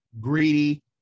greedy